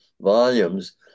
volumes